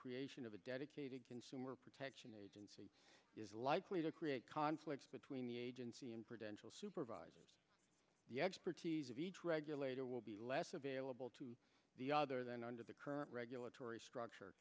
creation of a dedicated consumer protection agency is likely to create conflicts between the agency and credential supervisors the expertise of each regulator will be less available to the other than under the current regulatory structure